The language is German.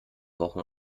wochen